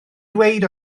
dweud